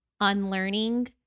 unlearning